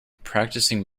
practicing